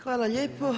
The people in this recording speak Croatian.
Hvala lijepo.